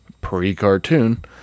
pre-cartoon